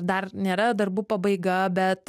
dar nėra darbų pabaiga bet